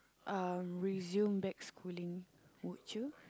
uh resume back schooling would you